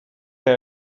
der